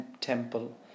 temple